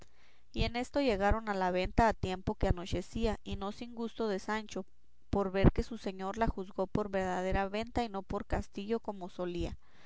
y en esto llegaron a la venta a tiempo que anochecía y no sin gusto de sancho por ver que su señor la juzgó por verdadera venta y no por castillo como solía